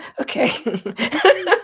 okay